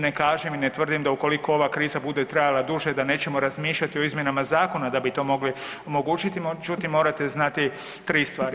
Ne kažem i ne tvrdim da ukoliko ova kriza bude trajala duže, da nećemo razmišljati o izmjenama zakona da bi to mogli omogućiti, međutim, morate znati 3 stvari.